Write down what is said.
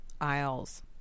Isles